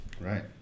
Right